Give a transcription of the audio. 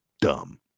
dumb